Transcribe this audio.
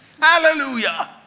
Hallelujah